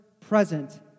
present